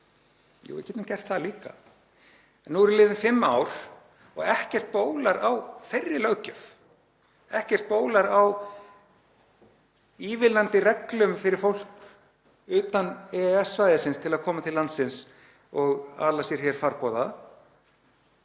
Jú, við getum gert það líka. En nú eru liðin fimm ár og ekkert bólar á þeirri löggjöf. Ekkert bólar á ívilnandi reglum fyrir fólk utan EES-svæðisins til að koma til landsins og ala sér farborða.